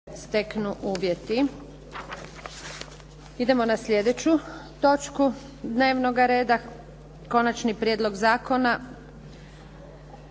Željka (SDP)** Idemo na sljedeću točku dnevnoga reda - Konačni prijedlog zakona